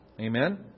Amen